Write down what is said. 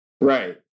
Right